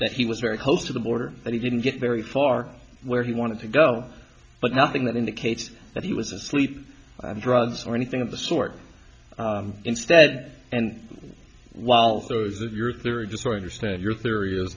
that he was very close to the border and he didn't get very far where he wanted to go but nothing that indicates that he was asleep drugs or anything of the sort instead and while those of your theory disorder stand your theory